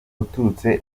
uturutse